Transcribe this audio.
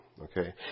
Okay